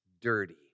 dirty